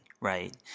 right